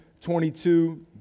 22